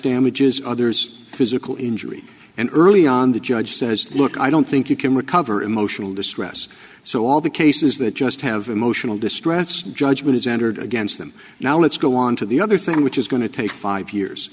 damages others physical injury and early on the judge says look i don't think you can recover emotional distress so all the cases that just have emotional distress judgment is entered against them now let's go on to the other thing which is going to take five years